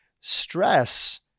stress